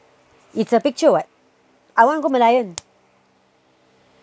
its a picture what I wanna go merlion